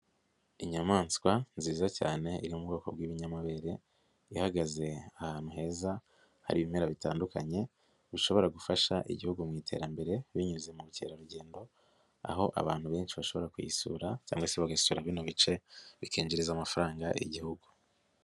Inyamaswa nziza cyane iri mu bwoko bw'ibinyamabere ihagaze ahantu heza hari ibimera bitandukanye bushobora gufasha Igihugu mu iterambere binyuze mu bukerarugendo aho abantu benshi bashobora kuyisura cyangwa se bagasura bino bice bikinjiriza amafaranga Igihugu.